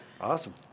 Awesome